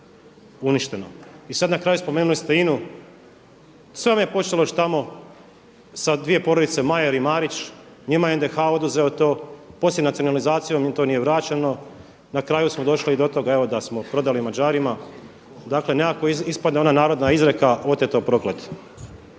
I sad na kraju spomenuli ste INA-u. Sve vam je počelo još tamo sa 2 porodice Majer i Marić, njima je NDH oduzeo to, poslije nacionalizacijom im to nije vraćeno. Na kraju smo došli i do toga evo da smo prodali Mađarima. Dakle, nekako ispadne ona narodna izreka oteto – prokleto.